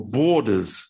borders